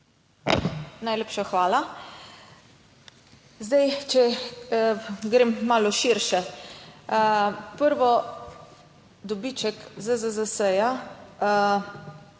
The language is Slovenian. Najlepša hvala. Zdaj, če grem malo širše. Prvo, dobiček ZZZS.